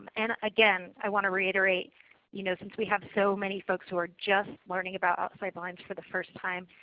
and again, i want to reiterate you know since we have so many folks who are just learning about outside the lines for the first time,